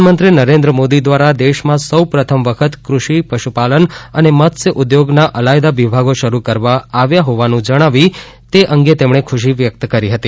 પ્રધાનમંત્રી નરેન્દ્ર મોદી દ્વારા દેશમાં સૌ પ્રથમ વખત ક્રષિ પશુપાલન અને મત્સ્ય ઉદ્યોગના અલાયદા વિભાગો શરુ કરવામાં આવ્યા હોવાનું જણાવી તે અંગે તેમણે ખુશી વ્યક્ત કરી હતી